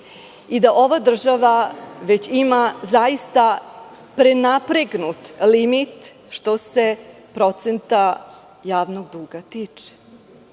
i da ova država ima zaista prenapregnut limit što se procenta javnog duga tiče.